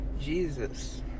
Jesus